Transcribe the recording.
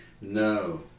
No